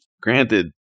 granted